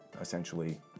essentially